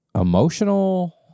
emotional